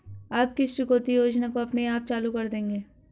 आप किस चुकौती योजना को अपने आप चालू कर देंगे?